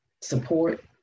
support